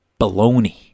baloney